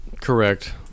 correct